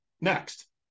next